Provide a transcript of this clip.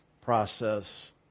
process